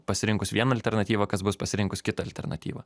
pasirinkus vieną alternatyvą kas bus pasirinkus kitą alternatyvą